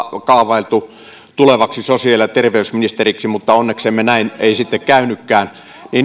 kaavailtu sosiaali ja terveysministeriksi mutta onneksemme näin ei sitten käynytkään